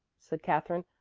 said katherine.